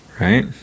Right